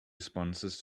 responses